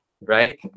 right